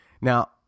Now